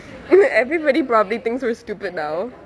eh wait everybody probably thinks we're stupid now